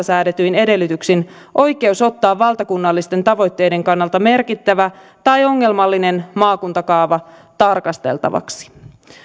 säädetyin edellytyksin oikeus ottaa valtakunnallisten tavoitteiden kannalta merkittävä tai ongelmallinen maakuntakaava tarkasteltavaksi